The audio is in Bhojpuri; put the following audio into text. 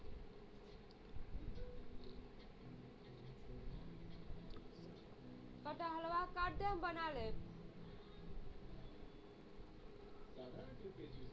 पूरा फसल के कम समय में ही निकाल लेवल जाला